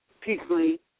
peacefully